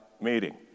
meeting